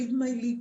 Read my lips.